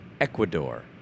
Ecuador